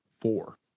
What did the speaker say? four